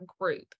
group